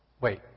Wait